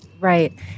Right